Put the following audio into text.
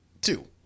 two